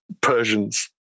Persians